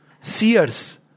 seers